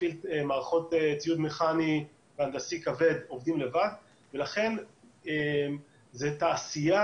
מפעיל מערכות ציוד מכני והנדסי כבד עובדים לבד ולכן זאת תעשייה